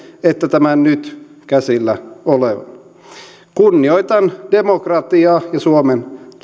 että tämän nyt käsillä olevan kunnioitan demokratiaa ja suomen